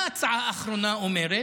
מה ההצעה האחרונה אומרת?